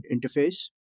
interface